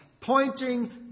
pointing